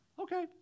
Okay